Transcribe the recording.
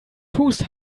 tust